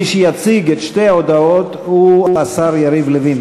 יציג את שתי ההודעות השר יריב לוין.